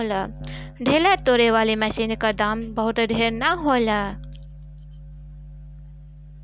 ढेला तोड़े वाली मशीन क दाम बहुत ढेर ना होला